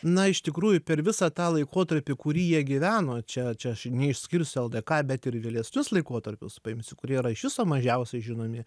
na iš tikrųjų per visą tą laikotarpį kurį jie gyveno čia čia aš neišskirsiu ldk bet ir vėlesnius laikotarpius paimsiu kurie yra iš viso mažiausiai žinomi